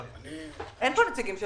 אין פה נציגים של